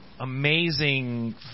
amazing